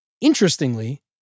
interestingly